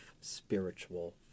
spiritual